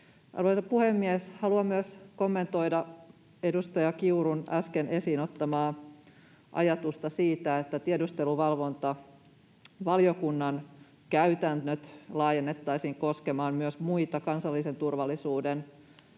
Arvoisa puhemies! Haluan myös kommentoida edustaja Kiurun äsken esiin ottamaa ajatusta siitä, että tiedusteluvalvontavaliokunnan käytännöt laajennettaisiin koskemaan myös muita kansallisen turvallisuuden